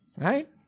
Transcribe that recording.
Right